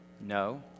No